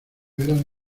eran